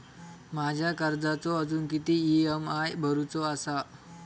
माझ्या कर्जाचो अजून किती ई.एम.आय भरूचो असा?